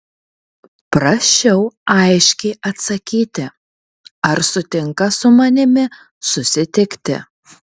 prašiau aiškiai atsakyti ar sutinka su manimi susitikti